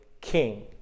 King